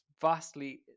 Vastly